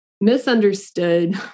misunderstood